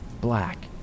black